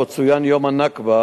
שבו צוין יום הנכבה,